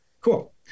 Cool